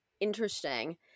interesting